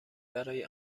برای